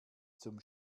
zum